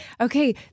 Okay